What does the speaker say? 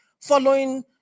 following